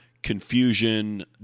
confusion